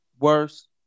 worse